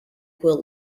quill